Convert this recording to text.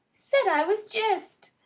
said i was jist!